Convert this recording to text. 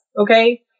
Okay